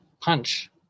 punch